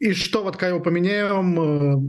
iš to vat ką jau paminėjom